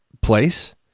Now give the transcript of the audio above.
place